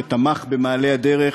שתמך במעלה הדרך,